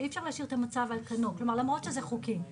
שאי אפשר להשאיר את המצב על כנו, למרות שזה חוקי.